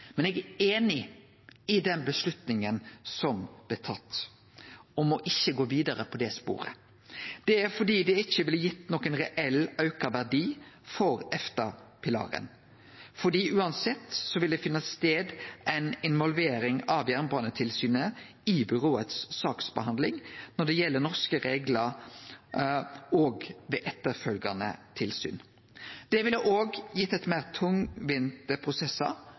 men eg er einig i den avgjerda som blei tatt om ikkje å gå vidare på det sporet. Det er fordi det ikkje ville gitt nokon reell auka verdi for EFTA-pilaren, for uansett ville det finne stad ei involvering av Jernbanetilsynet i byrået si saksbehandling når det gjeld norske reglar og ved etterfølgjande tilsyn. Det ville òg gitt meir tungvinne prosessar